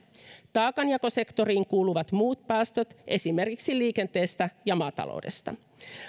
taakanjakosektoriin kuuluvat muut päästöt esimerkiksi liikenteestä ja maataloudesta